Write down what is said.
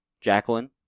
Jacqueline